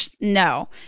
no